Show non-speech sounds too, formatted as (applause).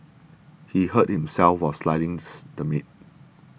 he hurt himself while slicing (noise) the meat